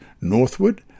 northward